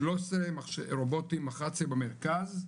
13 רובוטים, 11 במרכז,